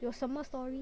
有什么 story